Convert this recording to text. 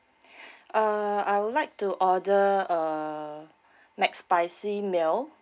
uh I would like to order a mcspicy meal